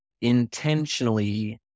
intentionally